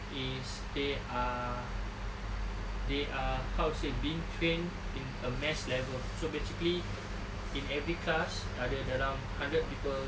is they are they are how to say being trained in a mass level so basically in every class ada dalam hundred people